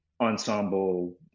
ensemble